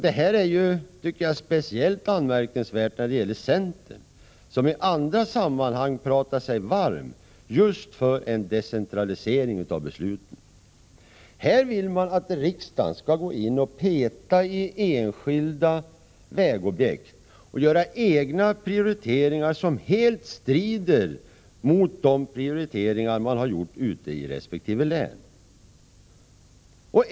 Det här tycker jag är speciellt anmärkningsvärt när det gäller centern, som i andra sammanhang talar sig varm just för en decentralisering av besluten. Nu vill man att riksdagen skall gå in och peta i enskilda vägobjekt och göra egna prioriteringar som helt strider mot de prioriteringar som har gjorts ute i resp. län.